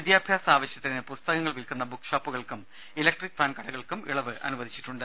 വിദ്യാഭ്യാസ ആവശ്യത്തിന് പുസ്തകങ്ങൾ വിൽക്കുന്ന ബുക്ക് ഷോപ്പുകൾക്കും ഇലക്ട്രിക് ഫാൻ കടകൾക്കും ഇളവ് അനുവദിച്ചിട്ടുണ്ട്